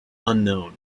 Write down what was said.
unknown